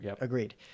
agreed